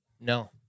no